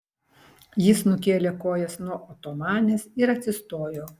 jis nukėlė kojas nuo otomanės ir atsistojo